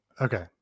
Okay